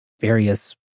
various